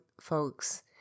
folks